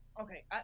Okay